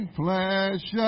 flesh